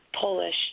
Polish